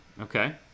Okay